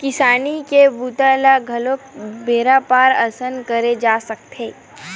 किसानी के बूता ल घलोक बेपार असन करे जा सकत हे